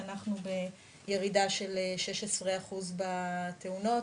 אנחנו בירידה של 16% בתאונות.